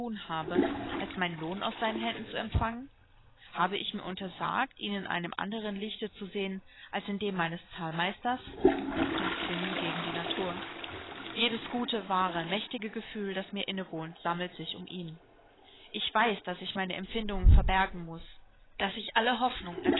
habe als meinen lohn ans seinen händen zu empfangen habe ich mir untersagt ihn in einem andern lichte zu sehen als in dem meines zahlmeisters blasphemie gegen die natur jedes gute wahre mächtige gefühl das mir innewohnt sammelt sich um ihn ich weiß daß ich meine empfindungen verbergen muß daß ich alle hoffnung